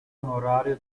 onorario